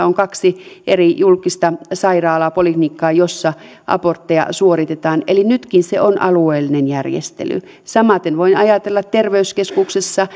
on kaksi eri julkista sairaalaa poliklinikkaa joissa abortteja suoritetaan eli nytkin on alueellinen järjestely samaten voin ajatella että terveyskeskuksessa